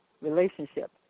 relationship